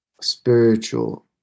spiritual